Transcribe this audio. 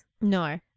No